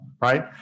right